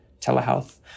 telehealth